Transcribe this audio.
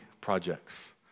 projects